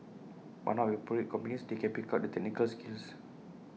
but now with appropriate companies they can pick up the technical skills